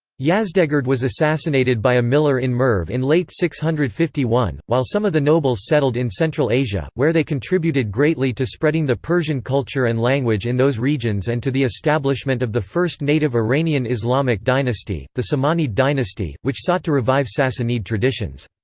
yazdegerd was assassinated by a miller in merv in late six hundred and fifty one, while some of the nobles settled in central asia, where they contributed greatly to spreading the persian culture and language in those regions and to the establishment of the first native iranian islamic dynasty, the samanid dynasty, which sought to revive sassanid traditions.